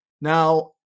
now